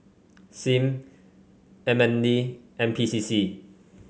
Sim M N D N P C C